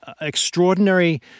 extraordinary